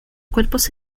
cuerpos